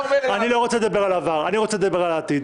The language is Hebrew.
אני לא רוצה לדבר על עבר, אני רוצה לדבר על העתיד.